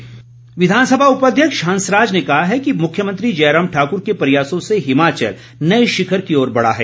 हंसराज दूसरी ओर विधानसभा उपाध्यक्ष हंसराज ने कहा कि मुख्यमंत्री जयराम ठाकूर के प्रयासों से हिमाचल नए शिखर की ओर बढ़ा है